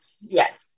Yes